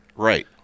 Right